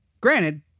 Granted